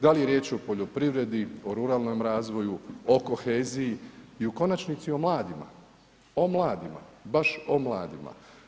Da li je riječ o poljoprivredi, o ruralnom razvoju, o koheziji i u konačnici o mladima, o mladima, baš o mladima.